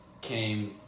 came